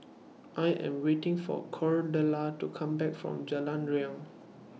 I Am waiting For Cordella to Come Back from Jalan Riang